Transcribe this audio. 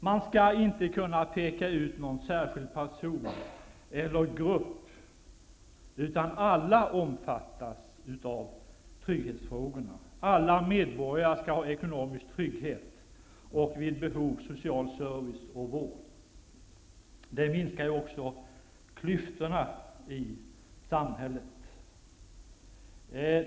Man skall inte kunna peka ut någon särskild person eller grupp, utan alla omfattas av trygghetsfrågorna. Alla medborgare skall ha ekonomisk trygghet och social service och vård vid behov. Det minskar också klyftorna i samhället.